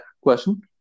question